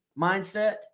mindset